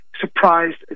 surprised